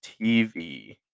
TV